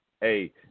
Hey